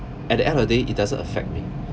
at the end of the day it doesn't affect me